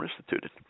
instituted